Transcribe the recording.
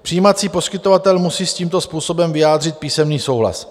Přijímající poskytovatel musí s tímto způsobem vyjádřit písemný souhlas.